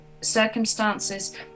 circumstances